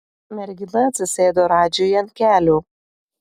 mergina atsisėdo radžiui ant kelių